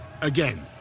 again